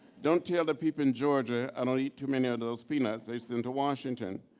don't tell the people in georgia, i don't eat too many of those peanuts. they send to washington.